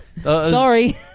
sorry